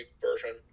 version